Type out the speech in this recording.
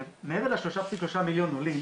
מעבר ל-3.3 מיליון עולים